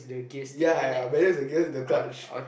ya ya buries against the crutch